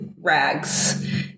rags